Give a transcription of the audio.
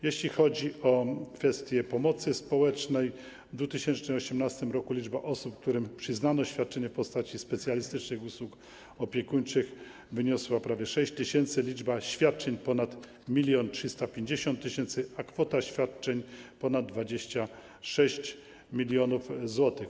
Jeśli chodzi o kwestie pomocy społecznej, w 2018 r. liczba osób, którym przyznano świadczenie w postaci specjalistycznych usług opiekuńczych, wyniosła prawie 6 tys., liczba świadczeń - ponad 1350 tys., a kwota świadczeń - ponad 26 mln zł.